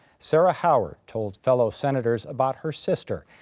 sara howard told fellow senators about her sister.